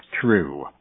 true